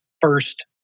first